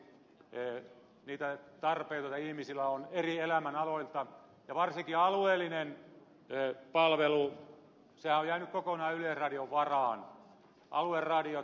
ne palvelut joihin ihmisillä on tarvetta eri elämänaloilla ja varsinkin alueellinen palvelu ovat jääneet kokonaan yleisradion varaan alueradiot alue tvt